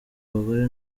abagore